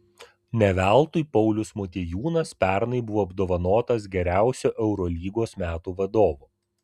ne veltui paulius motiejūnas pernai buvo apdovanotas geriausiu eurolygos metų vadovu